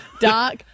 Dark